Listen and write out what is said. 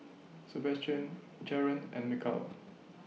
Sabastian Jaren and Mikal